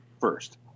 first